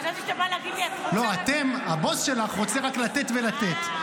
חשבתי שאתה בא להגיד לי --- הבוס שלך רוצה רק לתת ולתת,